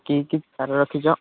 କି କି ସାର ରଖିଛ